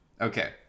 Okay